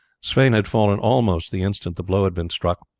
sweyn had fallen almost the instant the blow had been struck.